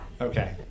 Okay